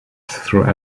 through